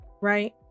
right